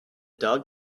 dog